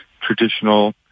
traditional